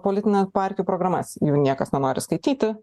politinę partijų programas jų niekas nenori skaityti